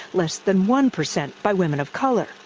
less than one percent by women of color.